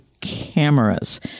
cameras